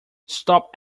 stop